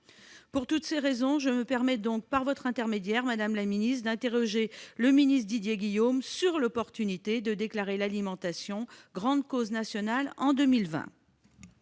Pour toutes ces raisons, je me permets, par votre intermédiaire, madame la secrétaire d'État, d'interroger le ministre Didier Guillaume sur l'opportunité de déclarer l'alimentation « grande cause nationale » en 2020.